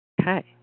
Okay